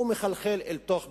הוא מחלחל אל תוך בתי-הספר.